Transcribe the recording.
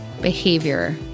behavior